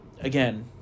Again